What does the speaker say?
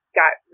got